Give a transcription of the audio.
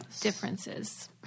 differences